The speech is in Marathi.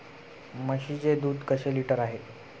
म्हशीचे दूध कसे लिटर आहे?